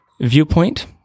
viewpoint